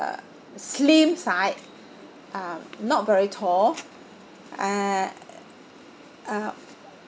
slim side uh not very tall uh uh